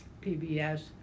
PBS